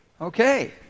Okay